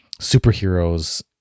superheroes